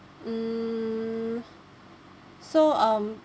mm so um